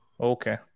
Okay